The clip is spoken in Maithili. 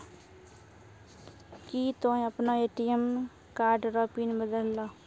की तोय आपनो ए.टी.एम कार्ड रो पिन बदलहो